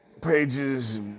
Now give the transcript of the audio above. pages